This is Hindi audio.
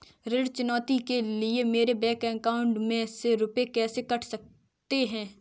ऋण चुकौती के लिए मेरे बैंक अकाउंट में से रुपए कैसे कट सकते हैं?